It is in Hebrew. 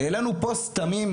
העלינו פוסט תמים,